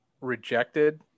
rejected